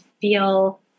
feel